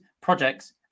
projects